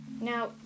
now